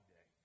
Day